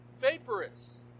vaporous